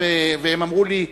והם אמרו לי: